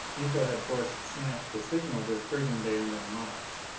miko had forced snap to signal this brigand band on mars,